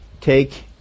Take